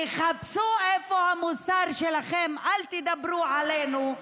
תחפשו איפה המוסר שלכם, אל תדברו עלינו.